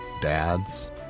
dads